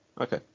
Okay